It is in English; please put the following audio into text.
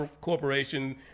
Corporation